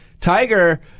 Tiger